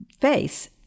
face